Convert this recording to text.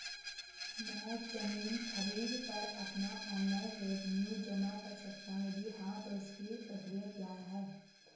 मैं ज़मीन खरीद पर अपना ऑनलाइन रेवन्यू जमा कर सकता हूँ यदि हाँ तो इसकी प्रक्रिया क्या है?